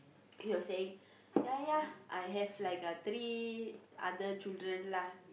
he was saying ya ya I have like uh three other children lah